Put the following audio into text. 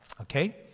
okay